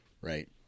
Right